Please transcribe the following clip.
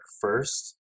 first